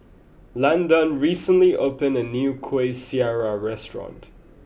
Landan recently opened a new Kuih Syara restaurant